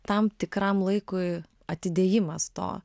tam tikram laikui atidėjimas to